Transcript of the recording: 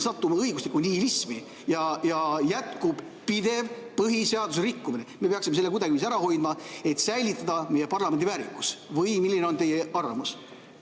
satume õiguslikku nihilismi ja jätkub pidev põhiseaduse rikkumine. Me peaksime selle kuidagiviisi ära hoidma, et säilitada meie parlamendi väärikus. Või milline on teie arvamus?